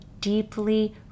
deeply